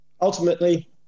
Ultimately